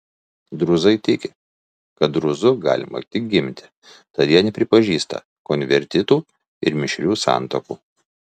drūzai tiki kad drūzu galima tik gimti tad jie nepripažįsta konvertitų ir mišrių santuokų